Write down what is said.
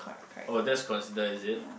oh that's consider is it